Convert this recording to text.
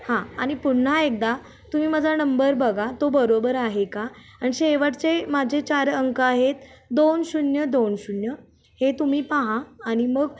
हां आणि पुन्हा एकदा तुम्ही माझा नंबर बघा तो बरोबर आहे का शेवटचे माझे चार अंक आहेत दोन शून्य दोन शून्य हे तुम्ही पहा आणि मग